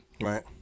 Right